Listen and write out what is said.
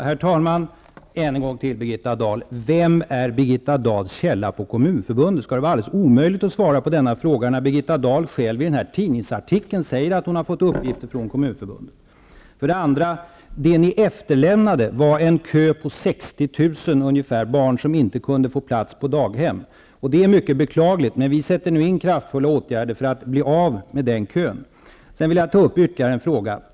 Herr talman! Än en gång: Vem är Birgitta Dahls källa på Kommunförbundet? Skall det vara allde les omöjligt att svara på denna fråga, när hon själv i tidningsartikeln säger att hon har fått uppgifter från Kommunförbundet? Det ni efterlämnade var en kö på ca 60 000 barn som inte kunde få plats på daghem. Det var mycket beklagligt, men vi sätter nu in kraftfulla åtgärder för att bli av med den kön. Jag vill ta upp ytterligare en fråga.